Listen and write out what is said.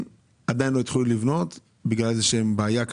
עברו ועדיין לא התחילו לבנות בגלל איזושהי בעיה.